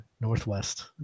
Northwest